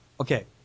Okay